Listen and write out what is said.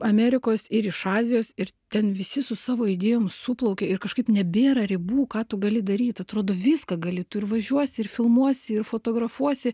amerikos ir iš azijos ir ten visi su savo idėjom suplaukė ir kažkaip nebėra ribų ką tu gali daryt atrodo viską gali tu ir važiuosi ir filmuosi ir fotografuosi